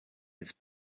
his